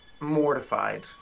mortified